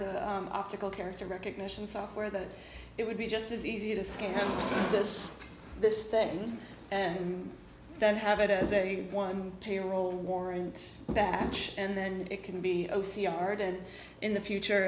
the optical character recognition software that it would be just as easy to scan this this thing and then have it as a one payroll warrant that much and then it can be o c ardan in the future